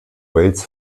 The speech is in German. wales